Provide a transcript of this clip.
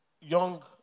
young